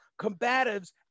combatives